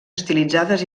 estilitzades